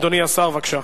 אדוני השר, בבקשה.